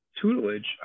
Tutelage